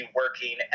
working